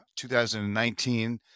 2019